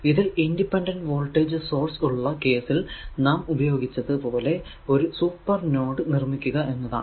ഇതിൽ independent voltage source ഉള്ള കേസിൽ നാം ഉപയോഗിച്ചത് പോലെ ഒരു സൂപ്പർ നോഡ് നിർമിക്കുക എന്നതാണ്